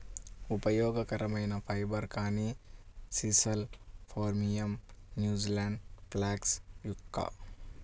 ఉపయోగకరమైన ఫైబర్, కానీ sisal phormium, New Zealand flax yucca